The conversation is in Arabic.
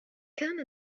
كان